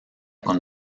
con